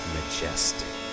Majestic